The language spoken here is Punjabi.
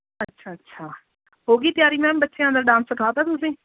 ਅੱਛਾ ਅੱਛਾ ਹੋਗੀ ਤਿਆਰੀ ਮੈਮ ਬੱਚਿਆਂ ਦਾ ਡਾਂਸ ਸਿਖਾਤਾ ਤੁਸੀਂ